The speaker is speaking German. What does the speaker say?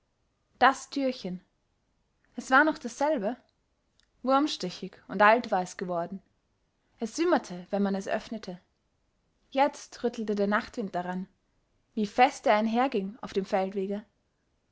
das türchen es war noch dasselbe wurmstichig und alt war es geworden es wimmerte wenn man es öffnete jetzt rüttelte der nachtwind daran wie fest er einherging auf dem feldwege